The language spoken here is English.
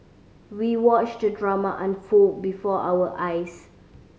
we watched the drama unfold before our eyes